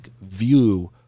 view